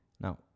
Now